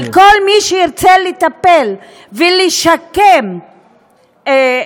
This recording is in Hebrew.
על כל מי שירצה לטפל ולשקם אלכוהוליסט,